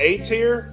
A-tier